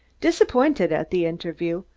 disappointed at the interview,